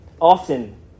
Often